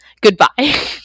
Goodbye